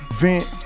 vent